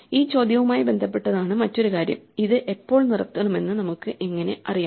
ഈ ചോദ്യവുമായി ബന്ധപ്പെട്ടതാണ് മറ്റൊരു കാര്യം ഇത് എപ്പോൾ നിർത്തണമെന്ന് നമുക്ക് എങ്ങനെ അറിയാം